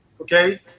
okay